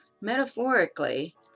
metaphorically